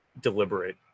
deliberate